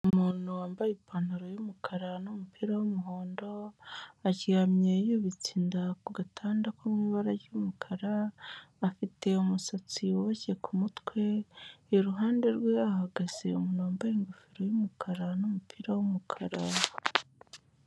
Umuntu wambaye ipantaro y'umukara n'umupira w'umuhondo, aryamye yubitse inda ku gatanda ko mu ibara ry'umukara, afite umusatsi uboshye ku mutwe, iruhande rwe hahagaze umuntu wambaye ingofero y'umukara n'umupira w'umukara.